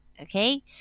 okay